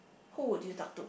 who would you talk to